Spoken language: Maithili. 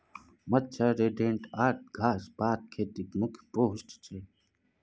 मच्छर, रोडेन्ट्स आ घास पात खेतीक मुख्य पेस्ट छै